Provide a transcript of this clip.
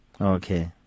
Okay